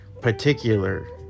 particular